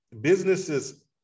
Businesses